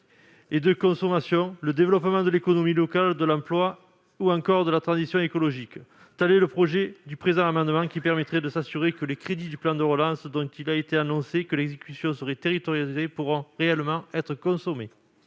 et de consommation, ainsi que le développement de l'économie locale, de l'emploi, ou encore de la transition écologique. Tel est l'objet du présent amendement. Son adoption permettrait de s'assurer que les crédits du plan de relance, dont il a été annoncé que l'exécution serait territorialisée, pourront réellement être consommés.